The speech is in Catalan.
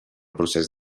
procés